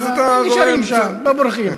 אז נשארים שם ולא בורחים.